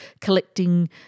collecting